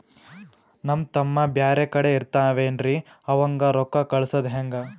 ನಮ್ ತಮ್ಮ ಬ್ಯಾರೆ ಕಡೆ ಇರತಾವೇನ್ರಿ ಅವಂಗ ರೋಕ್ಕ ಕಳಸದ ಹೆಂಗ?